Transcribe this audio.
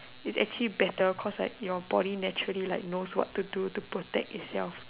is actually better cause like your body naturally like knows what to do to protect itself